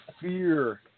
fear